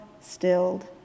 stilled